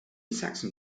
saxon